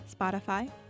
Spotify